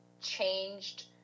changed